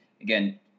Again